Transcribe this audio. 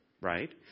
right